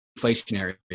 inflationary